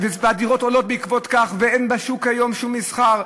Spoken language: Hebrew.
ומחירי הדירות עולים בעקבות כך ואין בשוק היום שום מסחר,